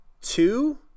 two